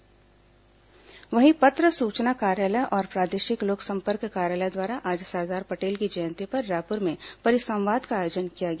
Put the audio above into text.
पटेल जयंती PIB railway वहीं पत्र सूचना कार्यालय और प्रादेशिक लोकसंपर्क कार्यालय द्वारा आज सरदार पटेल की जयंती पर रायपुर में परिसंवाद का आयोजन किया गया